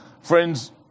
Friends